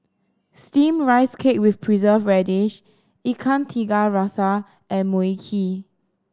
Steamed Rice Cake with Preserved Radish Ikan Tiga Rasa and Mui Kee